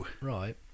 Right